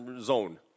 zone